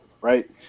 right